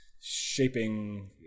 shaping